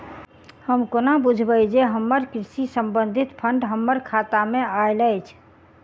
हम कोना बुझबै जे हमरा कृषि संबंधित फंड हम्मर खाता मे आइल अछि?